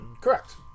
Correct